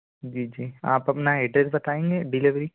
जी जी आप अपना एड्रेस बताएंगे डिलिवरी